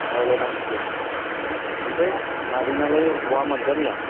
रायज्लायनांसिगोन ओमफ्राय मादैनालाय बहामोन गामिया